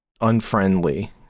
unfriendly